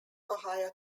ohio